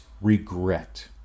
regret